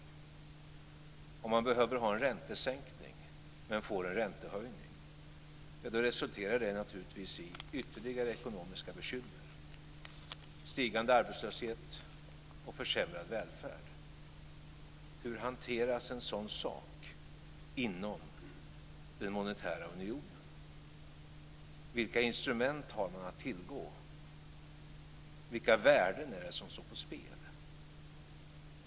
Om man behöver ha en räntesänkning men får en räntehöjning, resulterar det naturligtvis i ytterligare ekonomiska bekymmer, stigande arbetslöshet och försämrad välfärd. Hur hanteras en sådan sak inom den monetära unionen? Vilka instrument har man att tillgå? Vilka värden är det som står på spel?